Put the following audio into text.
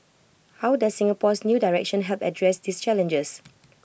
how does Singapore's new direction help address these challenges